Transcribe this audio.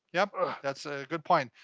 yeah that's a good point.